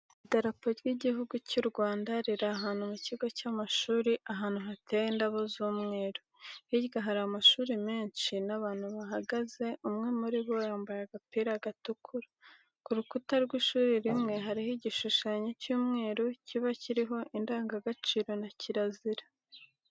Idarapo ry'igihugu cy'u Rwanda riri ahantu mu kigo cy'amashuri ahantu hateye indabo z'umweru. Hirya hari amashuri menshi n'abantu bahagaze umwe muri bo yambaye agapira gatukura. Ku rukuta rw'ishuri rimwe hariho igishushanyo cy'umweru kiba kiribo indangagaciro na kirazira.